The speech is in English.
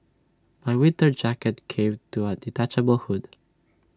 my winter jacket came to A detachable hood